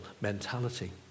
mentality